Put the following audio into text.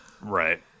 Right